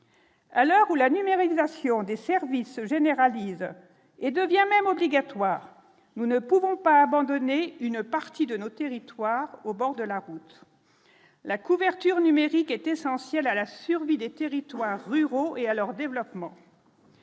à l'heure où la numérisation des services se généralisent et devient même obligatoire, nous ne pourrons pas abandonner une partie de nos territoires au bord de la route, la couverture numérique est essentielle à la survie des territoires ruraux et à leur développement.